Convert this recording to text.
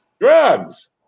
drugs